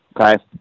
okay